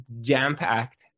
jam-packed